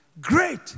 Great